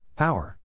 Power